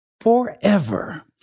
forever